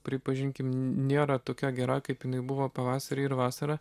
pripažinkim nėra tokia gera kaip jinai buvo pavasarį ir vasarą